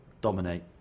dominate